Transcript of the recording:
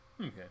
Okay